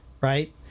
right